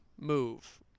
move